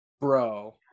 Bro